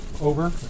over